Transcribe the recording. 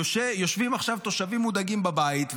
יושבים עכשיו תושבים מודאגים בבית,